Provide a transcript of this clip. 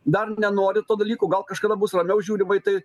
dar nenori to dalyko gal kažkada bus ramiau žiūrima į tai